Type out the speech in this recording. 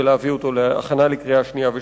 ולהביא אותו להכנה לקריאה שנייה ושלישית.